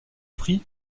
prix